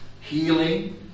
healing